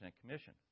commission